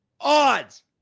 odds